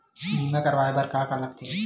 बीमा करवाय बर का का लगथे?